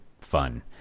fun